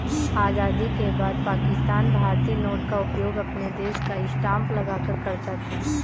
आजादी के बाद पाकिस्तान भारतीय नोट का उपयोग अपने देश का स्टांप लगाकर करता था